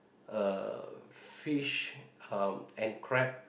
uh fish uh and crab